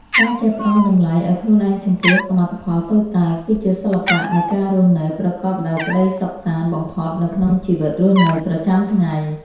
ការចេះផ្ដល់តម្លៃឱ្យខ្លួនឯងចំពោះសមិទ្ធផលតូចតាចគឺជាសិល្បៈនៃការរស់នៅប្រកបដោយក្ដីសុខសាន្តបំផុតនៅក្នុងជីវិតរស់នៅប្រចាំថ្ងៃ។